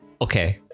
Okay